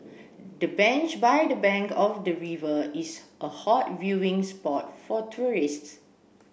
the bench by the bank of the river is a hot viewing spot for tourists